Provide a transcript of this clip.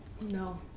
No